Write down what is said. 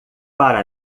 para